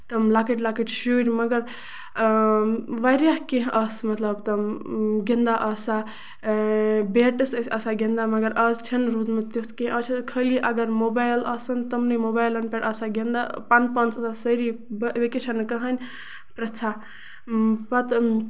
تِم لۄکٕٹۍ لۄکٕٹۍ شُرۍ مَگر واریاہ کیٚہنہ آسہٕ مطلب تِم گِندان آسان اۭں بیٹَس ٲسۍ آسان گِندان مَگر آز چھُنہٕ روٗدمُت تیُتھ آز چھُ خٲلی اَگر موبایِل آسن تٔمنٕے موبایلَن پٮ۪ٹھ آسان گِندان پَنُن چھُ آسان سٲری بیٚکِس چھُنہٕ کہیٖنۍ نہٕ پریژھان پَتہٕ